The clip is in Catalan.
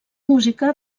música